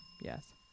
Yes